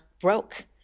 broke